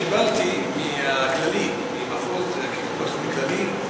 קיבלתי תשובה מקופת-חולים כללית,